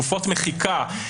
תקופות מחיקה,